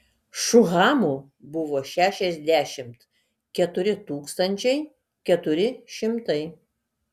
šuhamų buvo šešiasdešimt keturi tūkstančiai keturi šimtai